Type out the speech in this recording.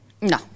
No